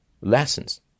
lessons